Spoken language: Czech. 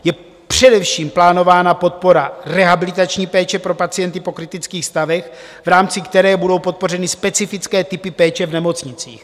Je především plánována podpora rehabilitační péče pro pacienty po kritických stavech, v rámci které budou podpořeny specifické typy péče v nemocnicích.